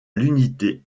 l’unité